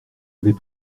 avais